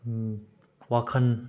ꯋꯥꯈꯟ